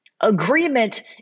Agreement